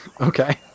Okay